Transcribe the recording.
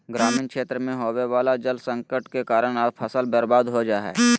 ग्रामीण क्षेत्र मे होवे वला जल संकट के कारण फसल बर्बाद हो जा हय